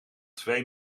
twee